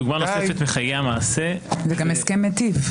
דוגמה נוספת מחיי המעשה --- זה גם הסכם מיטיב.